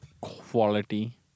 Quality